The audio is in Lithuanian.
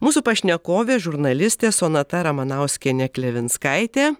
mūsų pašnekovė žurnalistė sonata ramanauskienė klevinskaitė